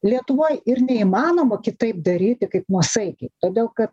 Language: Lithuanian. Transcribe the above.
lietuvoj ir neįmanoma kitaip daryti kaip nuosaikiai todėl kad